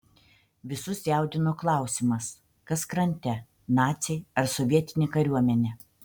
visus jaudino klausimas kas krante naciai ar sovietinė kariuomenė